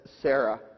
Sarah